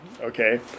okay